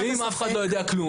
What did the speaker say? ואם אף אחד לא יודע כלום?